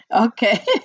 Okay